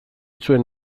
zuen